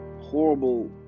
horrible